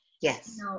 Yes